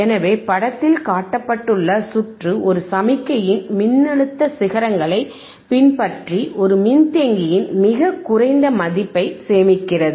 எனவே படத்தில் காட்டப்பட்டுள்ள சுற்று ஒரு சமிக்ஞையின் மின்னழுத்த சிகரங்களைப் பின்பற்றி ஒரு மின்தேக்கியின் மிக உயர்ந்த மதிப்பை சேமிக்கிறது